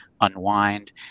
unwind